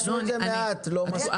עשו את זה מעט, לא מספיק.